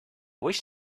wish